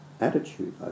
attitude